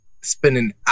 spending